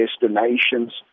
destinations